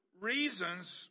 reasons